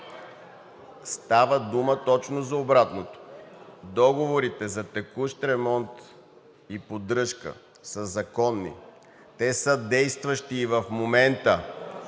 Става дума точно за обратното. Договорите за текущ ремонт и поддръжка са законни, те са действащи и в момента